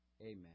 Amen